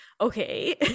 okay